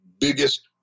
biggest